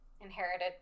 inherited